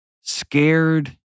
Scared